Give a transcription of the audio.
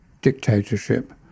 dictatorship